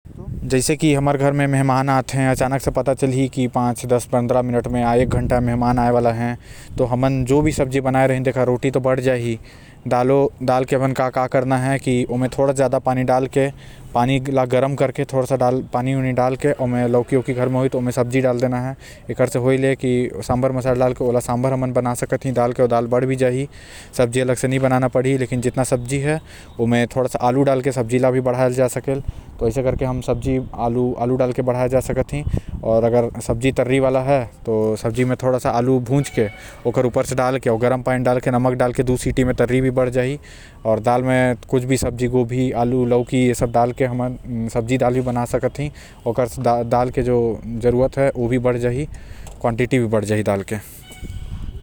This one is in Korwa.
जैसे कि अगर घर पे मेहमान आए वाला हे। त तय रोटी त बांट सकत हस लेकिन सब्जी बर तय दाल म लौकी डाल के सांभर बना सकत हस। आऊ साथ म कोई कचौड़ी बना सकत हस।